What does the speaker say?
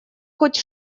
хоть